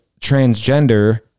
transgender